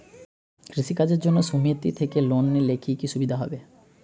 কৃষি কাজের জন্য সুমেতি থেকে লোন নিলে কি কি সুবিধা হবে?